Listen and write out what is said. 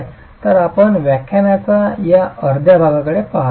तर आपण व्याख्यानाच्या या अर्ध्या भागाकडे पहात आहोत